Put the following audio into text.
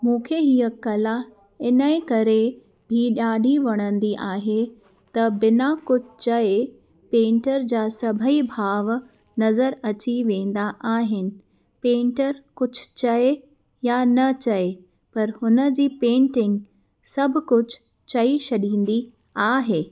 मूंखे हीअ कला इन जे करे बि ॾाढी वणंदी आहे त बिना कुझु चए पेंटर जा सभई भाव नज़र अची वेंदा आहिनि पेंटर कुझु चए यां न चए परि हुनजी पेंटिंग सभु कुझु चई छॾींदी आहे